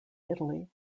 italy